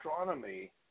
astronomy